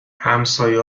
همسایه